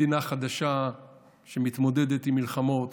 מדינה חדשה שמתמודדת עם מלחמות,